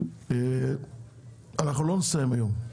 אני כבר אומר שאנחנו לא נסיים היום,